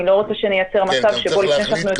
אני לא רוצה שנייצר מצב שבו לפני שאנחנו יודעים